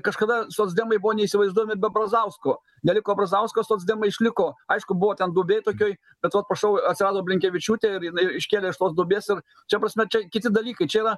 kažkada socdemai buvo neįsivaizduojami be brazausko neliko brazausko socdemai išliko aišku buvo ten duobėj tokioj bet vat prašau atsirado blinkevičiūtė ir jinai iškėlė iš tos duobės ir šia prasme čia kiti dalykai čia yra